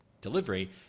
delivery